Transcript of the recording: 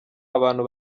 abantu